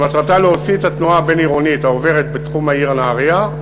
שמטרתה להוציא את התנועה הבין-עירונית העוברת בתחום העיר נהרייה,